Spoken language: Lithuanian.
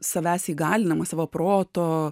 savęs įgalinamas savo proto